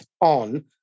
on